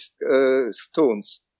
stones